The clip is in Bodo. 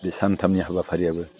बे सानथामनि हाबाफारियाबो